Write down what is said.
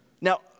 Now